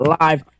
live